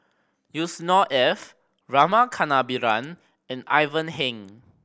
Yusnor Ef Rama Kannabiran and Ivan Heng